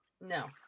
no